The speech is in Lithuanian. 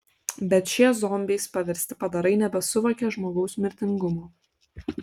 bet šie zombiais paversti padarai nebesuvokė žmogaus mirtingumo